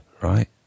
right